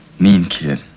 mean kid.